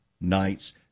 nights